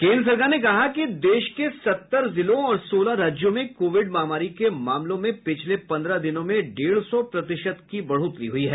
केन्द्र सरकार ने कहा कि देश के सत्तर जिलों और सोलह राज्यों में कोविड महामारी के मामलों में पिछले पन्द्रह दिनों में डेढ सौ प्रतिशत बढोतरी हुई है